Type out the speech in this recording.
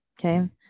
Okay